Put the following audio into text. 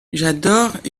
j’adore